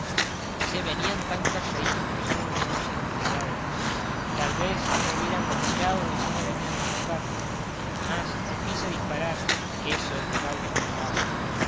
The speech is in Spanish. se venían tan calladitos que yo me puse en cuidao tal vez me hubieran bombiao y ya me venían a buscar mas no quise disparar que eso es de gaucho morao